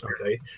okay